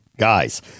Guys